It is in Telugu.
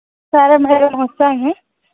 సరే మ్యాడం వస్తాను